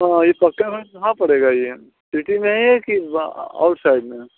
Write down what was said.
हाँ ये पक्का गंज कहा पड़ेगा ये सिटी में है कि वो आउटसाइड में है